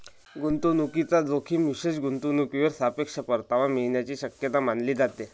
गुंतवणूकीचा जोखीम विशेष गुंतवणूकीवर सापेक्ष परतावा मिळण्याची शक्यता मानली जाते